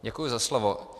Děkuji za slovo.